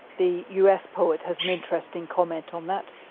the us poet, has an interesting comment on that.